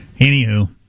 Anywho